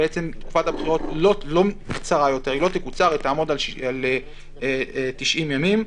תקופת הבחירות לא תקוצר ותעמוד על 90 ימים.